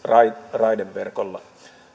raideverkolla